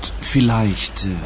vielleicht